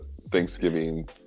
Thanksgiving